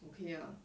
okay ah